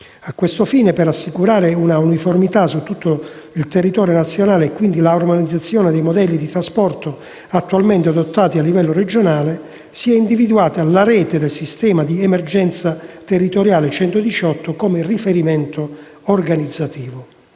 A tal fine, per assicurare un'uniformità sul territorio nazionale e, quindi, l'armonizzazione dei modelli di trasporto attualmente adottati a livello regionale, si è individuata la rete del sistema di emergenza territoriale «118» come riferimento organizzativo.